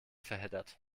verheddert